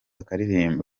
akaririmba